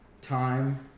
time